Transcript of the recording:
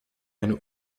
eine